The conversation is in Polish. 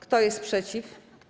Kto jest przeciw?